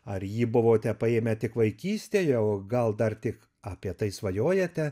ar jį buvote paėmę tik vaikystėje o gal dar tik apie tai svajojate